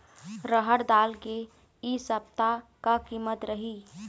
रहड़ दाल के इ सप्ता का कीमत रही?